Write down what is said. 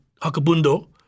hakabundo